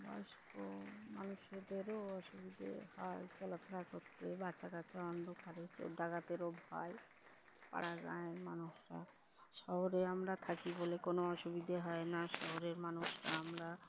বয়স্ক মানুষদেরও অসুবিধে হয় চলাফেরা করতে বাচ্চা কাচ্চা অন্ধকারে চোর ডাকাতেরও ভয় পাড়া গাঁয়ের মানুষরা শহরে আমরা থাকি বলে কোনো অসুবিধে হয় না শহরের মানুষ আমরা